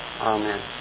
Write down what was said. Amen